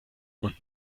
und